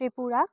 Tripura